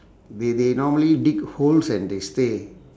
they they normally dig holes and they stay